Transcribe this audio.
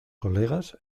colegas